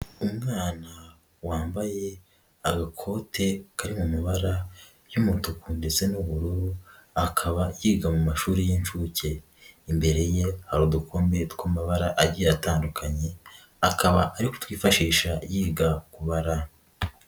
Umwana wambaye agakote kari mu mabara y'umutuku ndetse n'ubururu, akaba yiga mu mashuri y'inshuke, imbere ye hari udukombe tw'amabara agiye atandukanye akaba ari kutwifashisha yiga kubara.